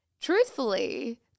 truthfully